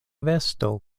vesto